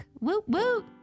Woo-woo